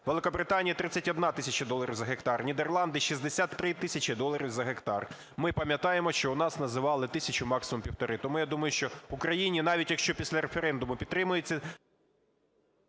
Великобританії – 31 тисяча доларів за гектар, Нідерланди – 63 тисячі доларів за гектар. Ми пам'ятаємо, що у нас називали тисячу – максимум півтори. Тому я думаю, що в Україні, навіть якщо навіть після референдуму підтримають